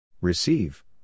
Receive